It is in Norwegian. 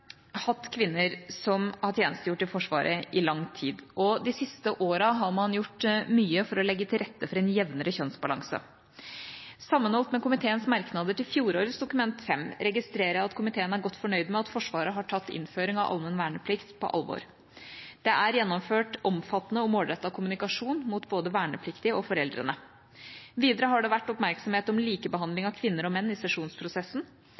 har hatt kvinner som har tjenestegjort i Forsvaret i lang tid, og de siste årene har man gjort mye for å legge til rette for en jevnere kjønnsbalanse. Sammenholdt med komiteens merknader til fjorårets Dokument 5 registrerer jeg at komiteen er godt fornøyd med at Forsvaret har tatt innføring av allmenn verneplikt på alvor. Det er gjennomført omfattende og målrettet kommunikasjon mot både vernepliktige og foreldrene. Videre har det vært oppmerksomhet om likebehandling av kvinner og menn i sesjonsprosessen,